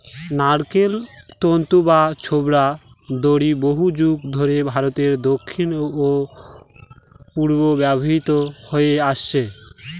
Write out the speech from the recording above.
নারকোল তন্তু বা ছোবড়ার দড়ি বহুযুগ ধরে ভারতের দক্ষিণ ও পূর্বে ব্যবহৃত হয়ে আসছে